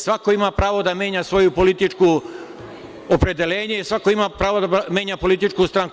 Svako ima pravo da menja svoje političko opredelenje, svako ima pravo da menja političku stranku.